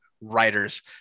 writers